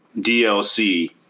DLC